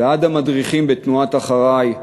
ועד המדריכים בתנועת "אחריי!",